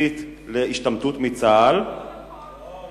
מסית להשתמטות מצה"ל, לא נכון.